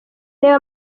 reba